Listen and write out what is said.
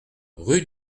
rue